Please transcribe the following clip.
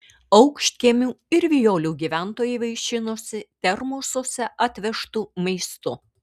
aukštkiemių ir vijolių gyventojai vaišinosi termosuose atvežtu maistu